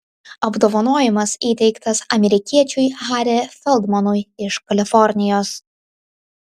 apdovanojimas įteiktas amerikiečiui harry feldmanui iš kalifornijos